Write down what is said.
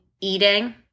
eating